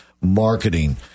Marketing